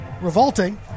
Revolting